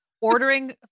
ordering